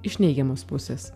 iš neigiamos pusės